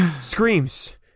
screams